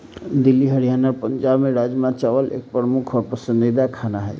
दिल्ली हरियाणा और पंजाब में राजमा चावल एक प्रमुख और पसंदीदा खाना हई